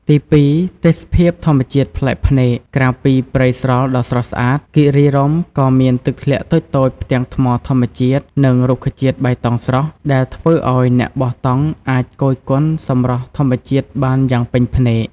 ទីពីរ ទេសភាពធម្មជាតិប្លែកភ្នែក ក្រៅពីព្រៃស្រល់ដ៏ស្រស់ស្អាត គិរីរម្យក៏មានទឹកធ្លាក់តូចៗ ផ្ទាំងថ្មធម្មជាតិ និងរុក្ខជាតិបៃតងស្រស់ ដែលធ្វើឲ្យអ្នកបោះតង់អាចគយគន់សម្រស់ធម្មជាតិបានយ៉ាងពេញភ្នែក។